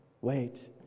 wait